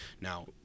Now